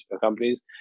companies